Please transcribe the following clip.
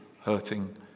hurting